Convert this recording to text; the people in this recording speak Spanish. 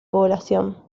población